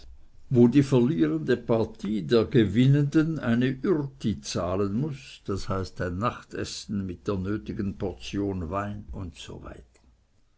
wo die verlierende partie der gewinnenden eine ürti zahlen muß das heißt ein nachtessen mit der nötigen portion wein usw